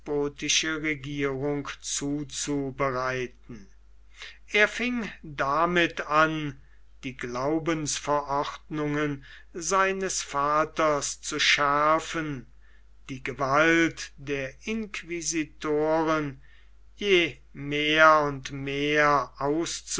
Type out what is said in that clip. despotische regierung zuzubereiten er fing damit an die glaubensverordnungen seines vaters zu schärfen die gewalt der inquisitoren je mehr und mehr